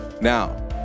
Now